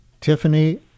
Tiffany